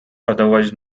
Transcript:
otherwise